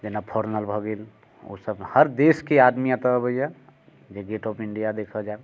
जेना फोर्नर भऽ गेल ओसब हर देशके आदमी एतऽ अबैया जे गेट ऑफ इण्डिया देखऽ जायत